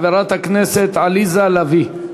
חברת הכנסת עליזה לביא.